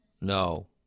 No